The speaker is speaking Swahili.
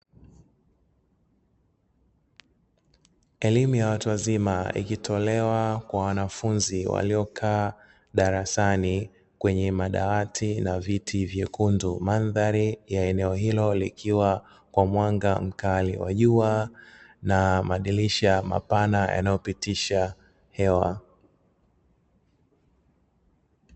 Elimu ya watu wazima, ikitolewa kwa wanafunzi waliokaa darasani kwenye madawati na viti vyekundu. Mandhari ya eneo hilo likiwa kwa mwanga mkali wa jua na madirisha mapana yanayopitisha hewa.